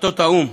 החלטות האו"ם,